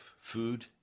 food